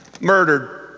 murdered